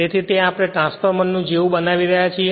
તેથી તે આપણે ટ્રાંસફોર્મર જેવું બનાવી રહ્યા છીએ